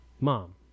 mom